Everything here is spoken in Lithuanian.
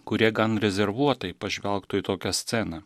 kurie gan rezervuotai pažvelgtų į tokią sceną